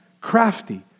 crafty